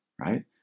right